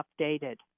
updated